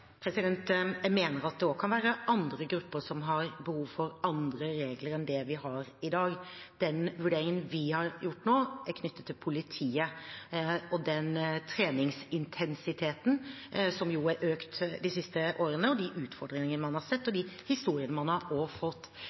Jeg mener at det kan være andre grupper som har behov for andre regler enn det vi har i dag. Den vurderingen vi har gjort nå, er knyttet til politiet og den treningsintensiteten som er økt de siste årene, de utfordringene man har sett og også de historiene man har fått.